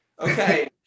okay